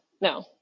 no